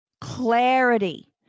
clarity